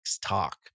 talk